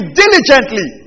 diligently